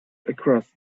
across